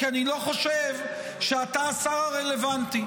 כי אני לא חושב שאתה השר הרלוונטי.